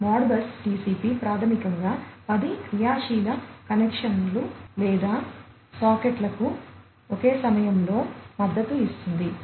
కాబట్టి Modbus TCP ప్రాథమికంగా 10 క్రియాశీల కనెక్షన్లు లేదా సాకెట్లకు ఒకే సమయంలో మద్దతు ఇస్తుంది